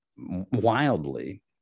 wildly